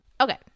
Okay